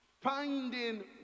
finding